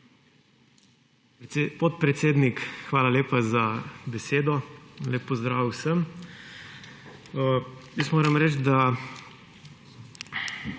Podpredsednik, hvala lepa za besedo. Lep pozdrav vsem! Moram reči, da